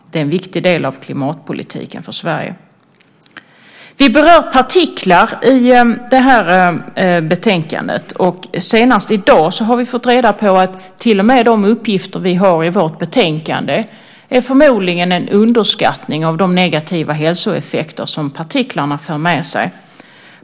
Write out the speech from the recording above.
Det är en viktig del av klimatpolitiken för Sverige. Vi berör partiklar i betänkandet. Senast i dag har vi fått reda på att till och med de uppgifter som vi har i vårt betänkande förmodligen är en underskattning av de negativa hälsoeffekter som partiklarna för med sig.